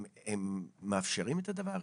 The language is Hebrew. היא מאפשרת את הדבר?